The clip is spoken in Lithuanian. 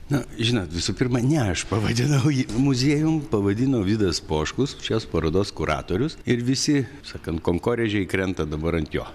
na žinot visų pirma ne aš pavadinau jį muziejum pavadino vidas poškus šios parodos kuratorius ir visi sakant kankorėžiai krenta dabar ant jo